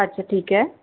अच्छा ठीक ऐ